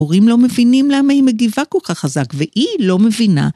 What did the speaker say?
‫הורים לא מבינים למה היא מגיבה ‫כל כך חזק, והיא לא מבינה.